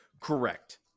Correct